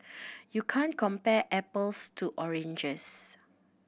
you can't compare apples to oranges